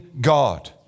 God